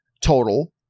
total